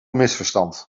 misverstand